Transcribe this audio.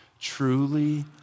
truly